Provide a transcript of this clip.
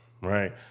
right